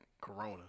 Corona